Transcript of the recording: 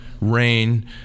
rain